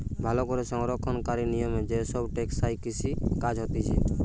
ভালো করে সংরক্ষণকারী নিয়মে যে সব টেকসই কৃষি কাজ হতিছে